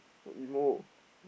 emo